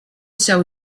sell